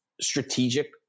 strategic